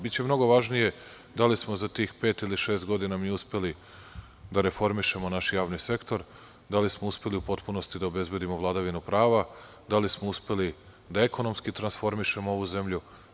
Biće mnogo važnije da li smo za tih pet ili šest godina mi uspeli da reformišemo naš javni sektor, da li smo uspeli u potpunosti da obezbedimo vladavinu prava, da li smo uspeli da ekonomski transformišemo ovu zemlju.